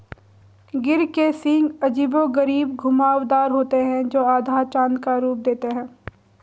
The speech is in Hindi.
गिर के सींग अजीबोगरीब घुमावदार होते हैं, जो आधा चाँद का रूप देते हैं